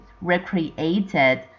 recreated